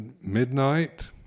midnight